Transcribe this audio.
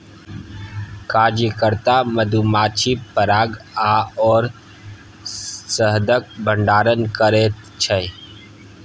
कार्यकर्ता मधुमाछी पराग आओर शहदक भंडारण करैत छै